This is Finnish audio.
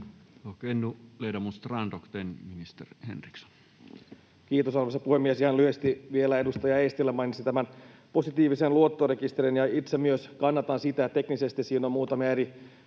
Kiitos, arvoisa puhemies! Ihan lyhyesti vielä: Edustaja Eestilä mainitsi tämän positiivisen luottorekisterin, ja itse myös kannatan sitä. Teknisesti on muutamia eri